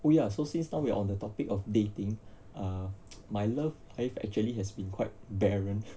oh ya so since we're on the topic of dating err my love life actually has been quite barren